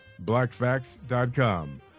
Blackfacts.com